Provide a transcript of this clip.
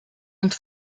und